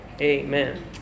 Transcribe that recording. Amen